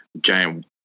giant